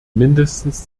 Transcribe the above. mindestens